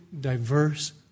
diverse